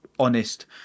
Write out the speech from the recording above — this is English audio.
Honest